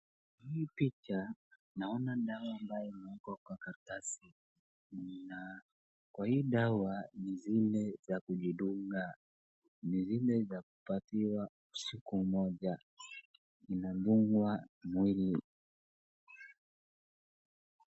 Hii picha naona dawa ambayo imewekwa Kwa karatasi na Kwa hii dawa ni zile za kujidunga ni zile za kupatiwa Siku Moja inadungwa mwili.